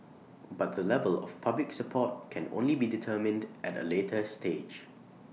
but the level of public support can only be determined at A later stage